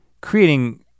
creating